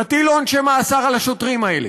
תטילו עונשי מאסר על השוטרים האלה,